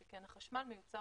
שכן החשמל מיוצר